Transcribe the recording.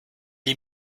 est